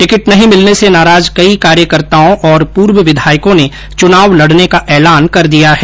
ticket नहीं मिलने से नाराज कई कार्यकर्ताओं और पूर्व विधायकों ने चुनाव लडने का ऐलान कर दिया है